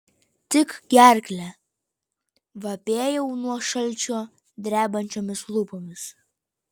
tik gerklę vapėjau nuo šalčio drebančiomis lūpomis